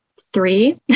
three